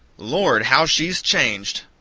lord, how she's changed!